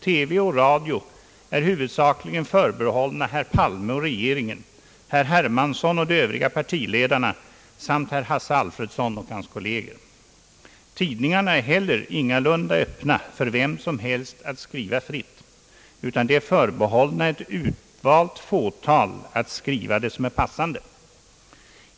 TV och radio är huvudsakligen förbehållna herr Palme och regeringen, herr Hermansson och de övriga partiledarna samt Hasse Alfredsson och hans kolleger. Tidningarna är heller inte öppna för vem som helst att skriva fritt, utan de är förbehållna ett utvalt fåtal att skriva det som är passande.